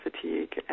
fatigue